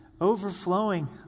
overflowing